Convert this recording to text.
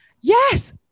yes